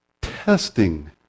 testing